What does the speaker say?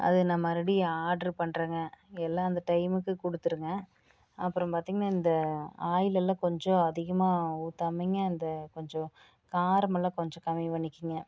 அது நான் மறுபடி ஆர்ட்ரு பண்ணுறங்க எல்லா அந்த டைமுக்கு கொடுத்துருங்க அப்புறம் பார்த்தீங்கன்னா இந்த ஆயில் எல்லா கொஞ்சம் அதிகமாக ஊத்தாமைங்க அந்த கொஞ்சம் காரமெல்லாம் கொஞ்சம் கம்மி பண்ணிக்கங்க